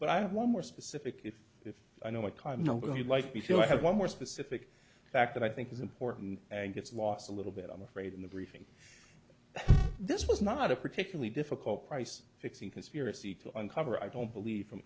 but i have one more specific if i know what kind nobody would like to be so i have one more specific fact that i think is important and it's lost a little bit i'm afraid in the briefing this was not a particularly difficult price fixing conspiracy to uncover i don't believe from